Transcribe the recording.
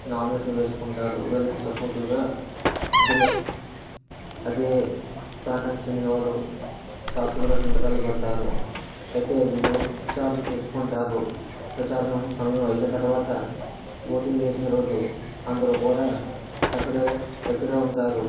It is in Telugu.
నామినేషన్ వేసుకుంటారు వీళ్ళకి సపోర్టీవ్గా ఇద్దరూ అదే ప్రాంతానికి చెందినవారు సాక్షులుగా సంతకాలు పెడుతారు అయితే వీరు ప్రచారం చేసుకుంటారు ప్రచారం సమయం అయిన తర్వాత వోటింగ్ వేసిన రోజు అందరూ కూడా అక్కడ దగ్గర ఉంటారు